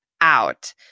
out